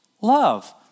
love